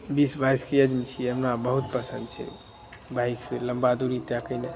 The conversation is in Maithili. बीस बाइसके ऐजमे छियै हमरा बहुत पसंद छै बाइक से लम्बा दुरी तय केनाइ